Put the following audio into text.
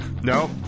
no